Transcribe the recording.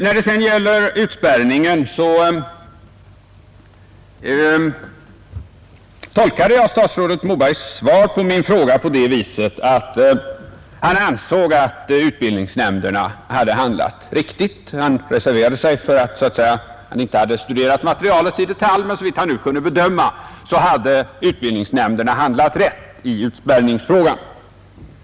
När det sedan gäller utspärrningen tolkade jag statsrådet Mobergs svar på min fråga på det viset att han ansåg att utbildningsnämnderna hade handlat riktigt. Han reserverade sig för att han inte hade studerat materialet i detalj, men såvitt han nu kunde bedöma hade utbildnings nämnderna handlat rätt i utspärrningsfrågan.